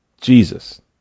Jesus